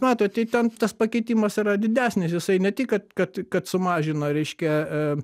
matot tai ten tas pakeitimas yra didesnis jisai ne tik kad kad kad sumažino reiškia